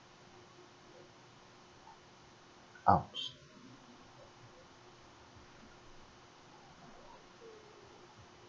!ouch!